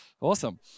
awesome